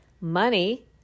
money